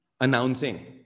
announcing